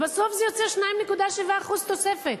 ובסוף זה יוצא 2.7% תוספת.